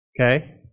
Okay